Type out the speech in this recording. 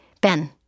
Ben